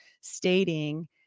stating